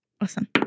Awesome